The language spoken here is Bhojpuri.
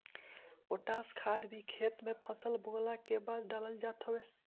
पोटाश खाद भी खेत में फसल बोअला के बाद डालल जात हवे